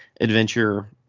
adventure